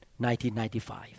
1995